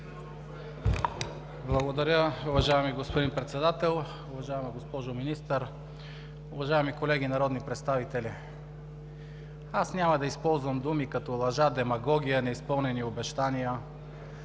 Благодаря, уважаеми господин Председател. Уважаема госпожо Министър, уважаеми колеги народни представители! Аз няма да използвам думи като лъжа, демагогия, неизпълнени обещания.